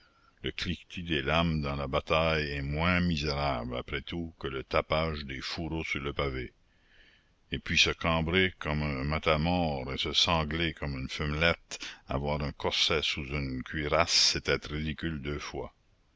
le cliquetis des lames dans la bataille est moins misérable après tout que le tapage des fourreaux sur le pavé et puis se cambrer comme un matamore et se sangler comme une femmelette avoir un corset sous une cuirasse c'est être ridicule deux fois